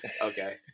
Okay